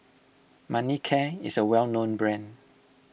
Manicare is a well known brand